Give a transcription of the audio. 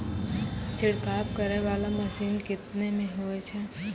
छिड़काव करै वाला मसीन केतना मे होय छै?